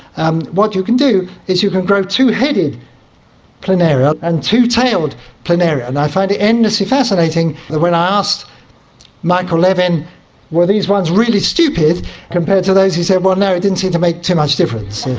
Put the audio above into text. um what you can do is you can grow two-headed planaria and two-tailed planaria, and i find it endlessly fascinating that when asked michael levin were these ones really stupid compared to those, he said, well no, it didn't seem to make too much different.